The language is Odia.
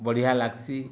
ବଢ଼ିଆ ଲାଗ୍ସି